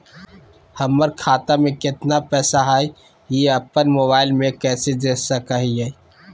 हमर खाता में केतना पैसा हई, ई अपन मोबाईल में कैसे देख सके हियई?